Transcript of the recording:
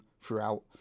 throughout